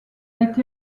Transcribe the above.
été